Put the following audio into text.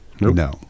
No